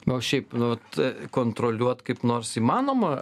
o šiaip vat kontroliuot kaip nors įmanoma